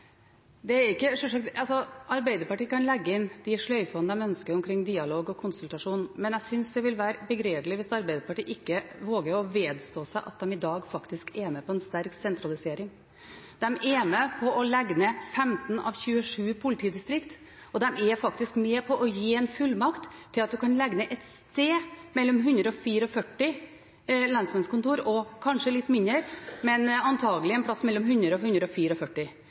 hvis Arbeiderpartiet ikke våger å vedstå seg at de i dag faktisk er med på en sterk sentralisering. De er med på å legge ned 15 av 27 politidistrikt, og de er faktisk med på å gi en fullmakt til at man kan legge ned opptil 144 lensmannskontor – kanskje litt mindre, men antagelig et sted mellom 100 og